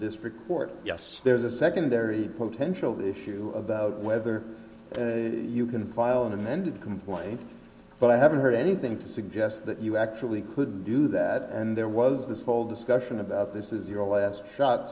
district court yes there's a secondary potential issue about whether you can file an amended complaint but i haven't heard anything to suggest that you actually could do that and there was this whole discussion about this is your last s